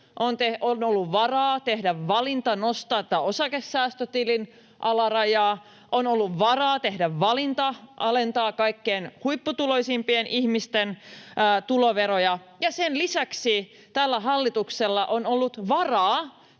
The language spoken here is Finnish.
on ollut varaa tehdä valinta nostaa osakesäästötilin alarajaa, on ollut varaa tehdä valinta alentaa kaikkein huipputuloisimpien ihmisten tuloveroja, ja sen lisäksi tällä hallituksella on ollut varaa